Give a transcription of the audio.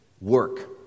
work